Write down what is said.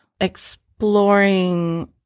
exploring